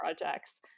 projects